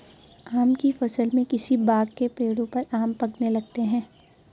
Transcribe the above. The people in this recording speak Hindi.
आम की फ़सल में किसी बाग़ के पेड़ों पर आम पकने लगते हैं